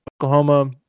Oklahoma